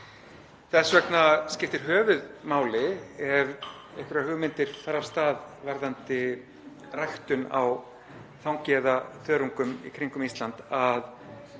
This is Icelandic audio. Þess vegna skiptir höfuðmáli ef einhverjar hugmyndir fara af stað varðandi ræktun á þangi eða þörungum í kringum Ísland að